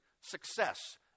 success